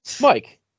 Mike